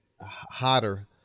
hotter